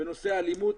בנושא האלימות,